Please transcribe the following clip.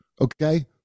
Okay